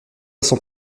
sent